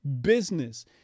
business